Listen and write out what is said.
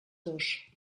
dos